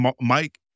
Mike